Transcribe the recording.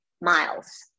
miles